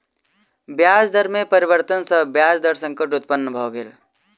ब्याज दर में परिवर्तन सॅ ब्याज दर संकट उत्पन्न भ गेल